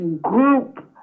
group